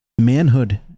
manhood